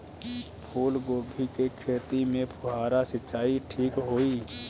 फूल गोभी के खेती में फुहारा सिंचाई ठीक होई?